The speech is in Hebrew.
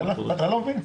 תודה.